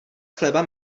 chleba